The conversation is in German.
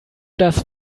das